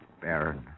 Baron